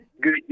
Good